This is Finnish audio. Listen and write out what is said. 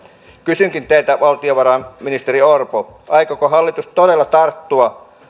kysynkin teiltä valtiovarainministeri orpo aikooko hallitus todella tarttua